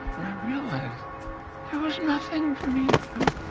realized there was nothing for me to do,